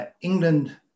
England